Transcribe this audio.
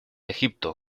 egipto